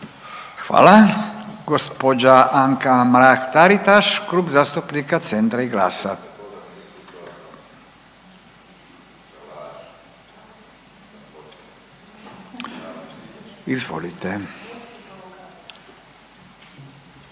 Hvala. Gospođa Anka Mrak Taritaš Klub zastupnika Centra i GLAS-a. Izvolite.